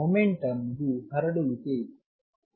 momentum ಗೂ ಹರಡುವಿಕೆ ಇದೆ